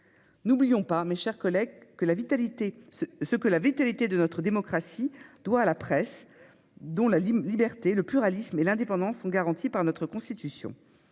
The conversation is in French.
N'oublions pas, mes chers collègues, ce que la vitalité de notre démocratie doit à la presse. La liberté de cette dernière, son pluralisme et son indépendance sont garantis par notre Constitution.